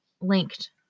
linked